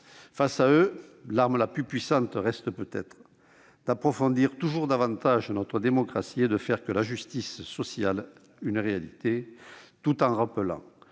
Face à eux, l'arme la plus puissante reste peut-être d'approfondir toujours davantage notre démocratie et de faire de la justice sociale une réalité, tout en rappelant